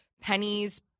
pennies